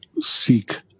seek